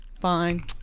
Fine